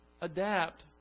adapt